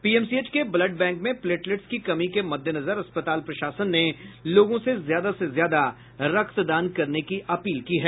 PMCH के blood bank में platelets की कमी के मद्देनजर अस्पताल प्रशासन ने लोगों से ज्यादा से ज्यादा रक्तदान करने की अपील की है